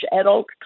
adult